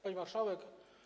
Pani Marszałek!